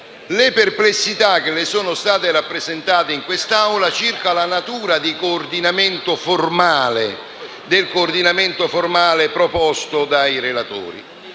le perplessità che le sono state rappresentate in quest'Aula circa la natura del coordinamento formale proposto dai relatori.